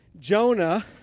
Jonah